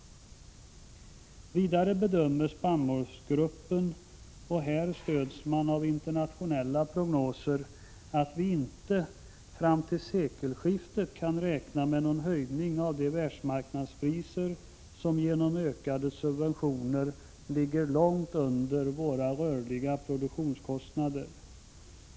Vidare bedömer spannmålsgruppen — och här stöds man av internationella prognoser — att vi inte fram till sekelskiftet kan räkna med någon höjning av de världsmarknadspriser som genom ökade subventioner ligger långt under våra rörliga produktionskostnader.